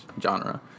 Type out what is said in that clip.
genre